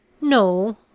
No